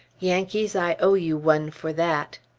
yankees, i owe you one for that!